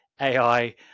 AI